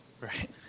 Right